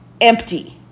empty